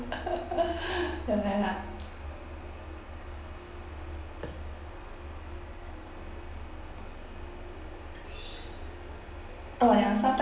like that lah oh ya sometimes